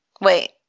Wait